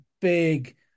big